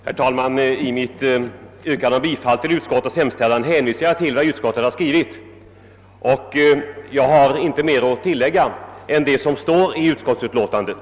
Herr talman! I mitt yrkande om bifall till utskottets hemställan hänvisar jag till vad utskottet har skrivit och jag har inte mer att tillägga än vad som står i utskottsutlåtandet.